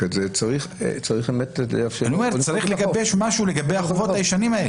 צריך לאפשר לו --- צריך לגבש משהו לגבי החובות הישנים האלה.